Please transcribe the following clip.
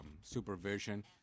supervision